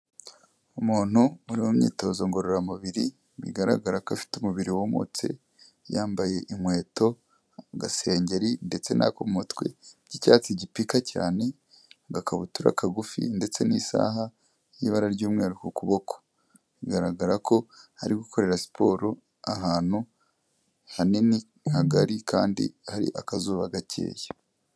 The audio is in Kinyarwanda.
Umuntu uri mu myitozo ngororamubiri, bigaragara ko afite umubiri wumutse, yambaye inkweto, agasengeri ndetse n'ako mu mutwe by'icyatsi gipika cyane, agakabutura kagufi ndetse n'isaha y'ibara ry'umweru ku kuboko, bigaragara ko ari gukorera siporo ahantu hanini hagari kandi ari akazuba gakeya.